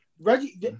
Reggie